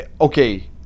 okay